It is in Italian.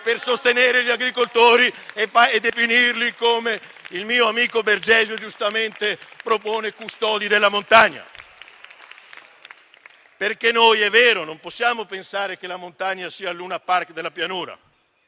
per sostenere gli agricoltori e definirli, come il mio amico Bergesio giustamente propone, custodi della montagna. È vero, infatti, che non possiamo pensare che la montagna sia il luna park della pianura,